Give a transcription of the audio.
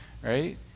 right